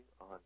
on